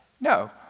no